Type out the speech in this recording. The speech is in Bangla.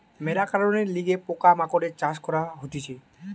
মেলা কারণের লিগে পোকা মাকড়ের চাষ করা হতিছে